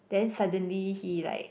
then suddenly he like